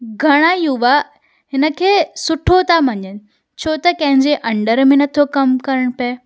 घणा युवा हिनखे सुठो था मञनि छो त कंहिंजे अंडर में नथो कमु करिणो पिए